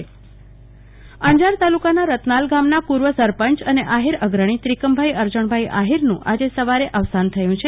કલ્પના શાહ અવસાન અંજાર તાલુકાના રત્નાલ ગામના પુર્વ સરપંચ અને આહિર અગ્રણી ત્રિકમભાઈ અરજણભાઈ આહિરનું આજે સવારે અવસાન થયુ છે